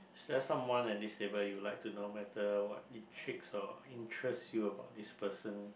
does someone at this table you would like to know whether what intrigues or interests you about this person